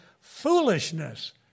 foolishness